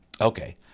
okay